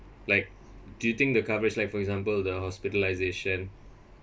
like do you think the coverage like for example the hospitalisation